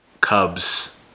Cubs